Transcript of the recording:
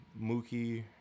Mookie